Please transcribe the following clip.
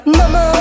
mama